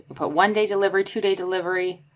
put one day deliver two day delivery.